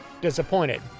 disappointed